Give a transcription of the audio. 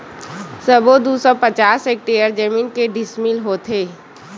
सबो दू सौ पचास हेक्टेयर जमीन के डिसमिल होथे?